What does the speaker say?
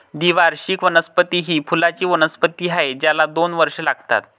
द्विवार्षिक वनस्पती ही फुलांची वनस्पती आहे ज्याला दोन वर्षे लागतात